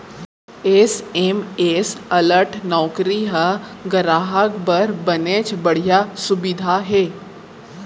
SMS alert नउकरी ह गराहक बर बनेच बड़िहा सुबिधा हे